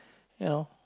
you know